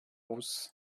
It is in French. rousse